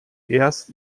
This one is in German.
erst